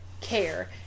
care